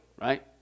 right